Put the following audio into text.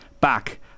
back